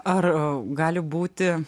ar gali būti